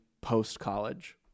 post-college